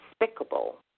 despicable